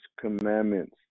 commandments